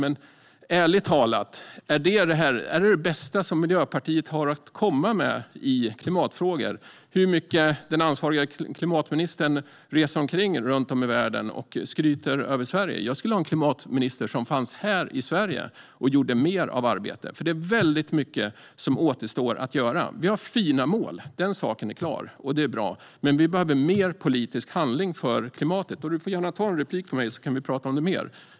Men ärligt talat: Är detta det bästa som Miljöpartiet har att komma med i klimatfrågor - hur mycket den ansvariga klimatministern reser omkring i världen och skryter över Sverige? Jag skulle vilja ha en klimatminister som finns här i Sverige och gör mer arbete, för det är väldigt mycket som återstår att göra. Vi har fina mål - den saken är klar. Det är bra. Men vi behöver mer politisk handling för klimatet. Emma får gärna begära replik på mitt anförande, så kan vi prata mer om det.